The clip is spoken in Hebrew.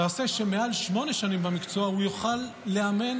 תעשה שמעל שמונה שנים במקצוע הוא יוכל לאמן